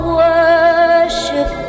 worship